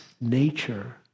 nature